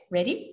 Ready